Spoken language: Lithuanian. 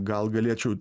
gal galėčiau